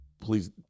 please